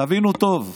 תבינו טוב,